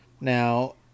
Now